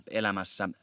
elämässä